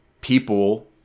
people